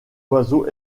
oiseau